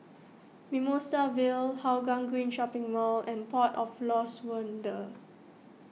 Mimosa Vale Hougang Green Shopping Mall and Port of Lost Wonder